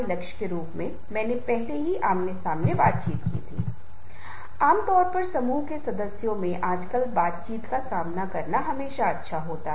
इसलिए दूसरों को प्रेरित करने से पहले किसी को पहले खुद मे या खुद से प्रेरित महसूस करना चाहिए तभी कोई दूसरों को प्रेरित करने की कोशिश कर सकता है